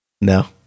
No